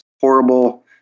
horrible